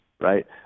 right